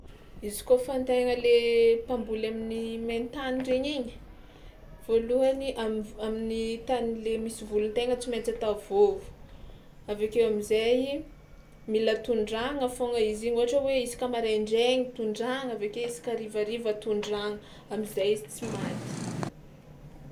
Izy kaofa an-tegna le mpamboly amin'ny maintany regny igny, voalohany am'v- amin'ny tany le misy volin-tegna tsy maintsy atao vôvo, avy akeo am'zay mila tondrahagna foagna izy iny ohatra hoe isaka maraindraina tondrahagna avy akeo isaka harivariva tondrahagna am'zay izy tsy maty.